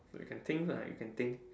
so you can think lah you can think